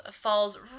falls